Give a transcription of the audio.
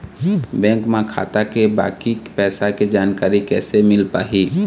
Bank म खाता के बाकी पैसा के जानकारी कैसे मिल पाही?